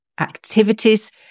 activities